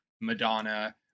madonna